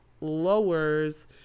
lowers